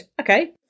okay